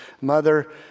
mother